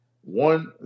One